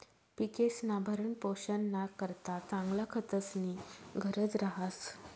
पिकेस्ना भरणपोषणना करता चांगला खतस्नी गरज रहास